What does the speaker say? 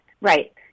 right